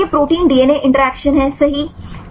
तो यह protein DNA interaction सही है